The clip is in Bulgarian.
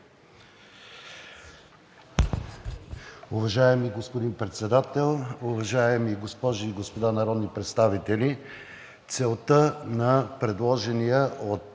Уважаеми господин Председател, уважаеми госпожи и господа народни представители! На основание